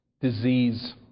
disease